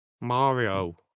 Mario